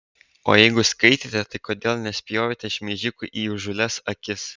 o jeigu skaitėte tai kodėl nespjovėte šmeižikui į įžūlias akis